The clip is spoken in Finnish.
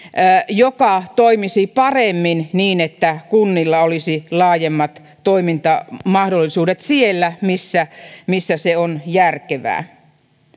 joka toimisi paremmin niin että kunnilla olisi laajemmat toimintamahdollisuudet siellä missä missä se on järkevää